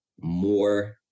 more